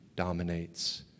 dominates